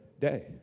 day